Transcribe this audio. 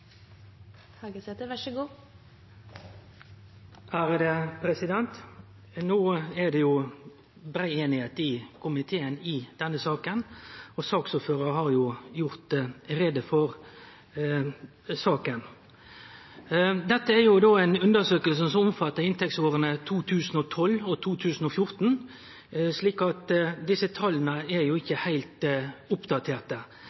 brei einigheit i komiteen i denne saka, og saksordføraren har gjort greie for saka. Dette er ei undersøking som omfattar inntektsåra 2012– 2014, slik at desse tala er